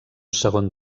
segon